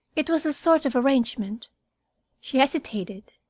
it was a sort of arrangement she hesitated